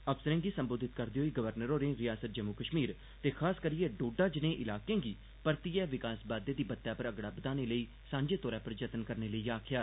अफसरें गी संबोधित करदे होई गवर्नर होरें रिआसत जम्मू कष्मीर ते खासतौर पर डोडा जनेह इलाकें गी परतियै विकास बाद्दे गी बत्तै पर अगड़ा बधाने लेई सांझे तौर पर जतन करने लेई आक्खेआ